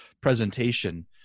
presentation